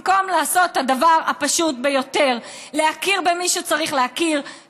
במקום לעשות את הדבר הפשוט ביותר: להכיר במי שצריך להכיר,